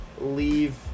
leave